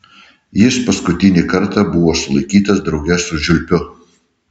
jis paskutinį kartą buvo sulaikytas drauge su žiulpiu